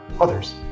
others